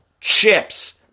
chips